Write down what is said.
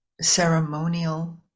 ceremonial